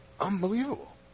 Unbelievable